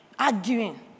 Arguing